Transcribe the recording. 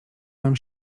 nam